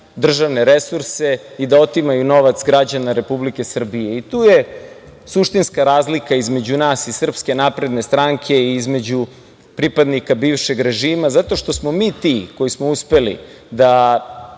državne resurse i da otimaju novac građana Republike Srbije. Tu je suštinska razlika između nas iz Srpske napredne stranke i između pripadnika bivšeg režima, zato što smo mi ti koji smo uspeli da